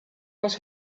was